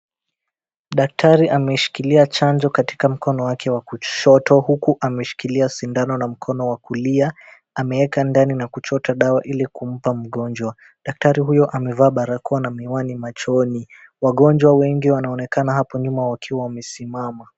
Daktari ameshikilia chanjo katika mkono wake wa kushoto huku ameshikilia sidhano na mkono wa kulia. Ameeka ndani na kuchota dawa ili kumpa mgonjwa. Daktari huyo amevaa barakoa na miwani machoni. Wagonjwa wengi wanaonekana hapo nyuma wakiwa wamesimama.